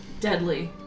Deadly